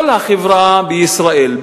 כל החברה בישראל,